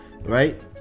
right